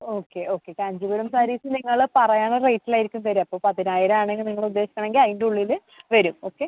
okay okay പാൻറ്റുകളും സാരീസും നിങ്ങൾ പറയണ റേറ്റിലായിരിക്കും തരുക അപ്പോൾ പതിനായിരമാണ് നിങ്ങളുദ്ദേശാണെങ്കിൽ അതിൻറ്റുള്ളിൽ വരും ഓക്കെ